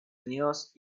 unidos